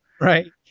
Right